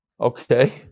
okay